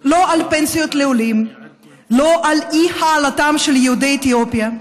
לא פנסיות לעולים, לא אי-העלאתם של יהודי אתיופיה,